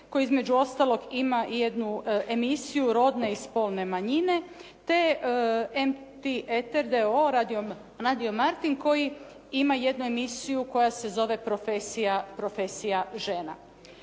koji između ostalog ima i jednu emisiju rodne i spolne manjine, te MT eter d.o.o. "Radio Martin" koji ima jednu emisiju koja se zove profesija žena.